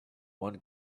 one